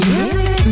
Music